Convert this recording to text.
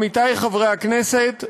עמיתי חברי הכנסת,